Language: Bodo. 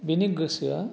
बिनि गोसोआ